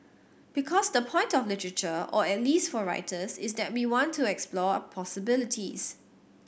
because the point of literature or at least for writers is that we want to explore possibilities